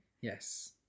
Yes